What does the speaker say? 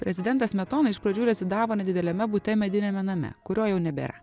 prezidentas smetona iš pradžių rezidavo nedideliame bute mediniame name kurio jau nebėra